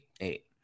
eight